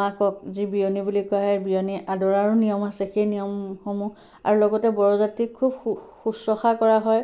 মাকক যি বিয়নী বুলি কোৱা হয় সেই বিয়নী আদৰাৰো নিয়ম আছে সেই নিয়মসমূহ আৰু লগতে বৰযাত্ৰীক খুব শুশ্ শুশ্ৰূষা কৰা হয়